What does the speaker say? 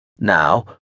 Now